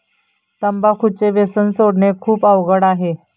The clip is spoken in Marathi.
तंबाखूचे व्यसन सोडणे खूप अवघड आहे